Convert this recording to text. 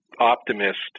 optimist